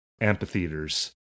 amphitheaters